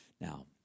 now